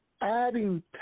adding